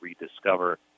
rediscover